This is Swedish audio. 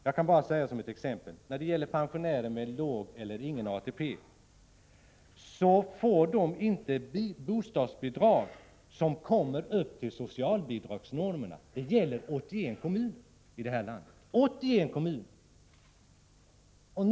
Jag kan bara nämna som ett exempel att i 81 kommuner här i landet får pensionärer med låg eller ingen ATP inte bostadsbidrag som kommer upp till socialbidragsnormerna — 81 kommuner!